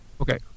Okay